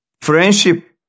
Friendship